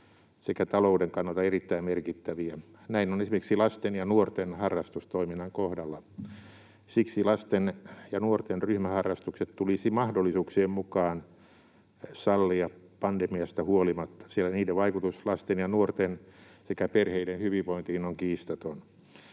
sekä talouden kannalta erittäin merkittäviä. Näin on esimerkiksi lasten ja nuorten harrastustoiminnan kohdalla. Siksi lasten ja nuorten ryhmäharrastukset tulisi mahdollisuuksien mukaan sallia pandemiasta huolimatta, sillä niiden vaikutus lasten ja nuorten sekä perheiden hyvinvointiin on kiistaton.